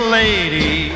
lady